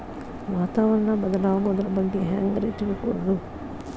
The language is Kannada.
ವಾತಾವರಣ ಬದಲಾಗೊದ್ರ ಬಗ್ಗೆ ಹ್ಯಾಂಗ್ ರೇ ತಿಳ್ಕೊಳೋದು?